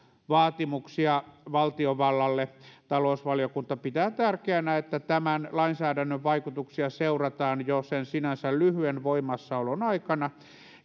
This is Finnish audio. vaatimuksia valtiovallalle talousvaliokunta pitää tärkeänä että tämän lainsäädännön vaikutuksia seurataan jo sen sinänsä lyhyen voimassaolon aikana